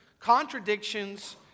contradictions